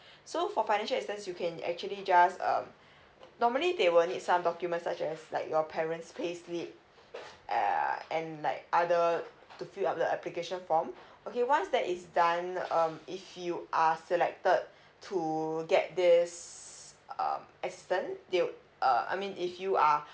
so for financial assistance you can actually just um normally they will need some documents such as like your parent's play slip err and like other to fill up the application form okay once that is done um if you are selected to get this is um assistance they would err I mean if you are